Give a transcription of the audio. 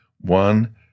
one